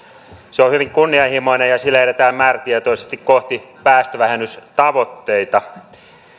se on hyvin kunnianhimoinen ja sillä edetään määrätietoisesti kohti päästövähennystavoitteita